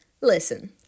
Listen